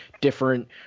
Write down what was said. different